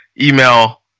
email